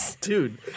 dude